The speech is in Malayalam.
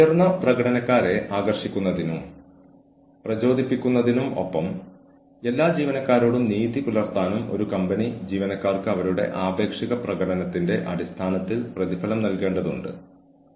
ഉദാഹരണത്തിന് അധ്യാപന തൊഴിലിൽ പ്രത്യേകിച്ച് ഐഐടി ഖരഗ്പൂർ പോലുള്ള ഉന്നത വിദ്യാഭ്യാസ സ്ഥാപനങ്ങളിൽ ഞങ്ങളുടെ ഫാക്കൽറ്റി അവരുടെ ഗവേഷണത്തിനും അധ്യാപനത്തിനും ആവശ്യമായ സമയം ചെലവഴിക്കുമെന്ന് ഞങ്ങൾ പ്രതീക്ഷിക്കുന്നു